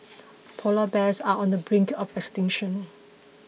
Polar Bears are on the brink of extinction